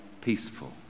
peaceful